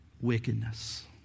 wickedness